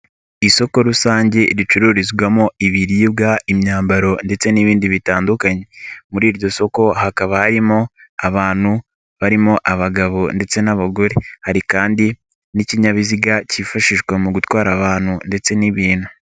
Isoko rusange ricururizwamo ibiribwa, imyambaro ndetse n'ibindi bitandukanye, muri iryo soko hakaba harimo abantu barimo abagabo ndetse n'abagore, hari kandi n'ikinyabiziga cyifashishwa mu gutwara abantu ndetse n'ibintu.